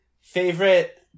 favorite